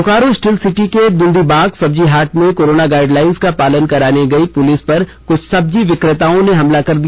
Bokaro steel city के दूंदीबाग सब्जी हाट में कोरोना गाइडलाइंस का पालन कराने गई पुलिस पर कुछ सब्जी विक्रेताओं ने हमला कर दिया